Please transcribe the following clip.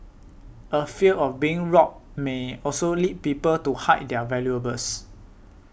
a fear of being robbed may also lead people to hide their valuables